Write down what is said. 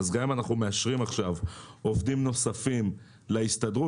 אז גם אם אנחנו מאשרים עכשיו עובדים נוספים להסתדרות,